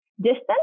distance